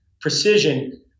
precision